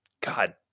god